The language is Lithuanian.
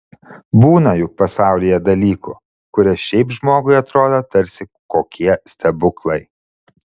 būna juk pasaulyje dalykų kurie šiaip žmogui atrodo tarsi kokie stebuklai